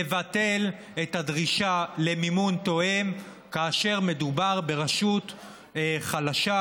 לבטל את הדרישה למימון תואם כאשר מדובר ברשות חלשה,